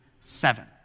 seven